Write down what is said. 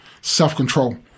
self-control